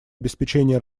обеспечения